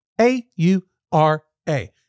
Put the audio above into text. A-U-R-A